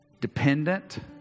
Dependent